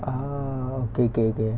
ah okay okay okay